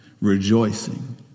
Rejoicing